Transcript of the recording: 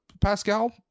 Pascal